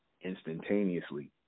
instantaneously